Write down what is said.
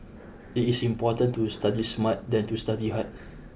it is important to study smart than to study hard